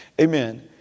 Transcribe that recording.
Amen